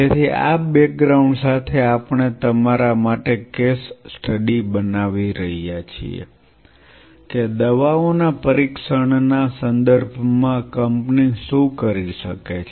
તેથી આ બેકગ્રાઉન્ડ સાથે આપણે તમારા માટે કેસ સ્ટડી બનાવી રહ્યા છીએ કે દવાઓના પરીક્ષણના સંદર્ભમાં કંપની શું કરી શકે છે